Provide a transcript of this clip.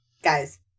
guys